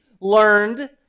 learned